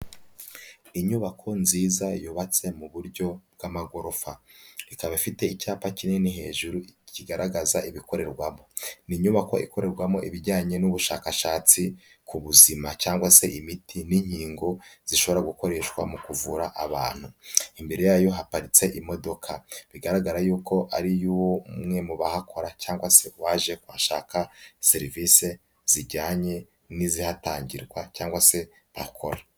Inyubako nziza yubatse mu buryo bw'amagorofa, ikaba ifite icyapa kinini hejuru kigaragaza ibikorerwamo, ni inyubako ikorerwamo ibijyanye n'ubushakashatsi ku buzima cyangwa se imiti n'inkingo zishobora gukoreshwa mu kuvura abantu, imbere yayo haparitse imodoka bigaragara yuko ari iy'umwe mu bahakora cyangwa se waje guhashaka serivisi zijyanye n'izihatangirwa cyangwa se bakora.